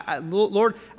Lord